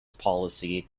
policy